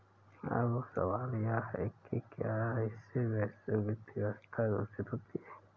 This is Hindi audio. अब सवाल यह है कि क्या इससे वैश्विक वित्तीय व्यवस्था दूषित होती है